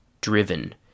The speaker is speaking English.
driven